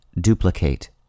duplicate